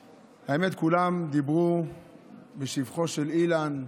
האמת, כולם דיברו בשבחו של אילן,